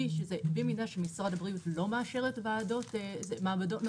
במידה שמשרד הבריאות לא מאשר את המעבדות הנוספות,